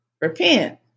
repent